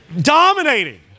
Dominating